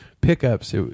pickups